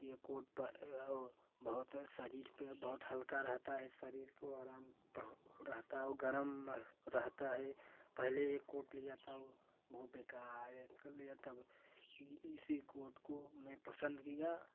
ये कोट बहुत शरीर पे बहुत हल्का रहता है शरीर को आराम को रहता है वो गरम रहता है पहले कोट लिया था वो बहु बेकार एक लिया था वो इसी कोट को मैं पसंद किया